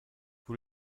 vous